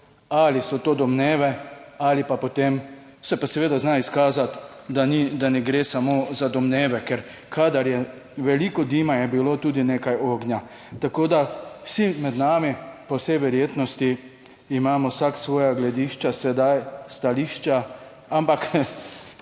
ali so to domneve ali pa, potem se pa seveda zna izkazati, da ni, da ne gre samo za domneve, ker kadar je veliko dima, je bilo tudi nekaj ognja, tako da vsi med nami po vsej verjetnosti imamo vsak svoja gledišča sedaj stališča, ampak